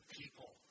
people